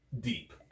Deep